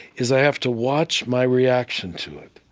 is i have to watch my reaction to it.